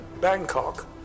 Bangkok